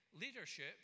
leadership